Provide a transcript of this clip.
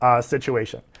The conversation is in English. situation